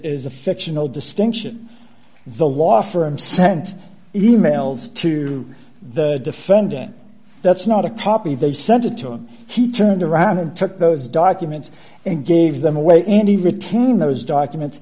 is a fictional distinction the law firm sent e mails to the defendant that's not a copy they sent it to him he turned around and took those documents and gave them away and in the ten those document